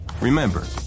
Remember